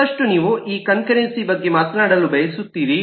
ಮತ್ತಷ್ಟು ನೀವು ಈ ಕನ್ಕರೆನ್ಸಿ ಬಗ್ಗೆ ಮಾತನಾಡಲು ಬಯಸುತ್ತೀರಿ